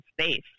space